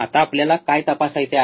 आता आपल्याला काय तपासायचे आहे